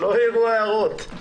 לא הערו הערות.